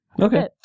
Okay